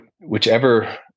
whichever